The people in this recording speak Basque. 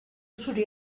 zuri